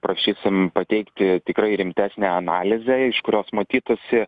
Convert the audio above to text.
prašysim pateikti tikrai rimtesnę analizę iš kurios matytųsi